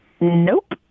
Nope